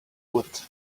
would